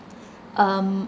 um